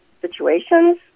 situations